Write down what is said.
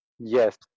Yes